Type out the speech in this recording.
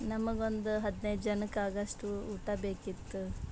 ನಮಗೊಂದು ಹದಿನೈದು ಜನಕ್ಕೆ ಆಗೋಷ್ಟು ಊಟ ಬೇಕಿತ್ತು